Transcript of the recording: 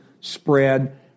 spread